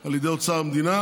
על ידי אוצר המדינה,